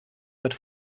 wird